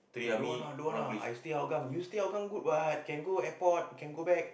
eh don't want ah don't want ah I stay Hougang you stay Hougang good what can go airport can go back